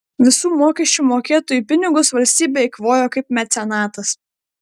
visų mokesčių mokėtojų pinigus valstybė eikvojo kaip mecenatas